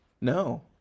No